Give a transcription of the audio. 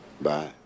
Bye